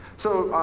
so,